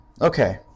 Okay